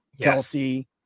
Kelsey